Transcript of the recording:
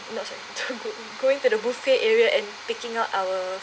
going to the buffet area and picking up our